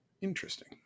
interesting